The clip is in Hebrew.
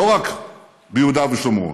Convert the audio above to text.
לא רק ביהודה ושומרון,